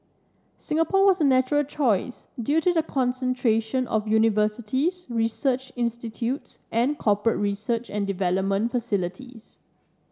Singapore was a natural choice due to the concentration of universities research institutes and corporate research and development facilities